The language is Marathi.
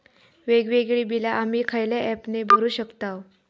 वेगवेगळी बिला आम्ही खयल्या ऍपने भरू शकताव?